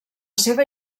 seva